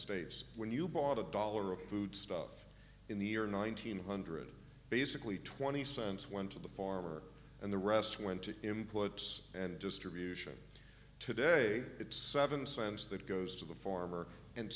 states when you bought a dollar of foodstuff in the er nineteen hundred basically twenty cents went to the farmer and the rest went to imports and distribution today it's seven cents that goes to the farmer and